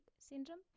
syndrome